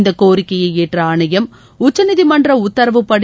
இந்த கோிக்கையை ஏற்ற ஆணையம் உச்சநீதிமன்ற உத்தரவுபடி